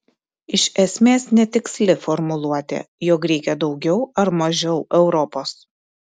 iš esmės netiksli formuluotė jog reikia daugiau ar mažiau europos